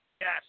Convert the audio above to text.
Yes